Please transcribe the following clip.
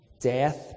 death